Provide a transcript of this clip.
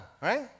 right